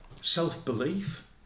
self-belief